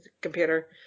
computer